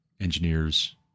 engineers